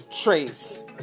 traits